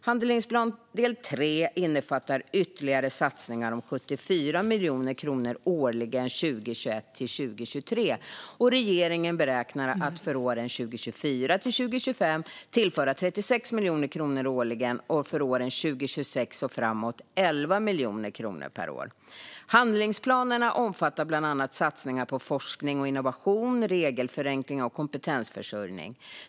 Handlingsplan del 3 innefattar ytterligare satsningar om 74 miljoner kronor årligen 2021-2023. Regeringen beräknar att för åren 2024-2025 tillföra 36 miljoner kronor årligen och för åren 2026 och framåt 11 miljoner kronor per år. Handlingsplanerna omfattar bland annat satsningar på forskning och innovation, regelförenkling och kompetensförsörjning.